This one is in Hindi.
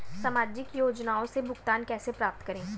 सामाजिक योजनाओं से भुगतान कैसे प्राप्त करें?